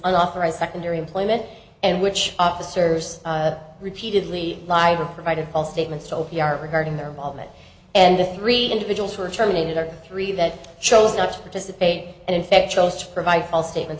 unauthorized secondary employment and which officers repeatedly lied or provided false statements so p r regarding their bollman and the three individuals who were terminated or three that chose not to participate and in fact chose to provide false statements